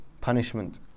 punishment